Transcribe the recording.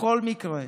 בכל מקרה,